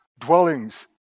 dwellings